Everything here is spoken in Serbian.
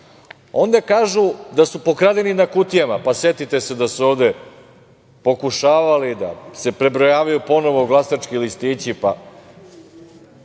kažu da su pokradeni na kutijama. Pa, setite se da su ovde pokušavali da se prebrojavaju ponovo glasački listići.